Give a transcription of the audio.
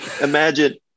imagine